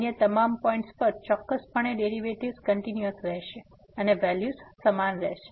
અન્ય તમામ પોઈન્ટ્સ પર ચોક્કસપણે ડેરિવેટિવ્ઝ કંટીન્યુઅસ રહેશે અને વેલ્યુ સમાન હશે